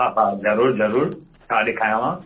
हा हा जरूर छा ॾेखारियाव